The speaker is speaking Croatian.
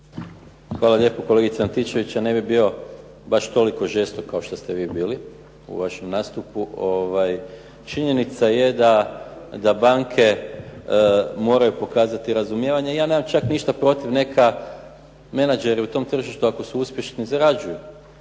Hvala lijepo kolegice Antičević. Ja ne bih bio baš toliko žestok kao što ste vi bili u vašem nastupu. Činjenica je da banke moraju pokazati razumijevanje i ja nemam čak ništa protiv, neka menadžeri u tom tržištu ako su uspješni zarađuju